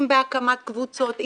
אם בהקמת קבוצות,